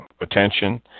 attention –